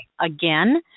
again